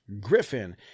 griffin